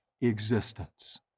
existence